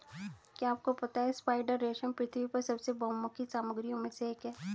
क्या आपको पता है स्पाइडर रेशम पृथ्वी पर सबसे बहुमुखी सामग्रियों में से एक है?